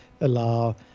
allow